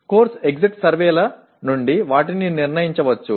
course exit సర్వేల నుండి వాటిని నిర్ణయించవచ్చు